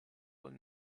will